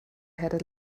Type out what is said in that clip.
had